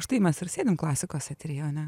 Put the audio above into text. štai mes ir sėdime klasikos eteryje o ne